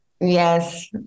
Yes